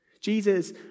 Jesus